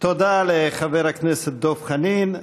תודה לחבר הכנסת דב חנין.